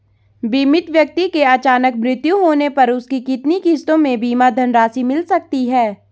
बीमित व्यक्ति के अचानक मृत्यु होने पर उसकी कितनी किश्तों में बीमा धनराशि मिल सकती है?